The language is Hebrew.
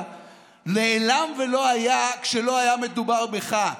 נעלם ולא היה כשלא היה מדובר בך.